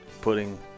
putting